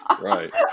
right